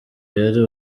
yari